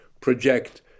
project